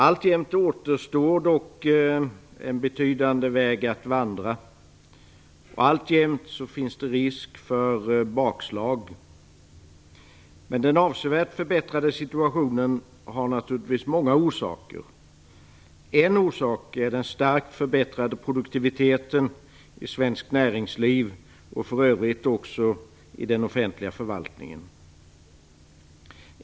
Alltjämt återstår dock en betydande väg att vandra. Alltjämt finns det risk för bakslag. Den avsevärt förbättrade situationen har naturligtvis många orsaker. En orsak är den starkt förbättrade produktiviteten i svenskt näringsliv och för övrigt också i den offentliga förvaltningen.